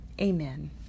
Amen